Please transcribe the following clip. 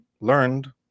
learned